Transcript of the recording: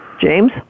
James